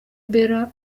bella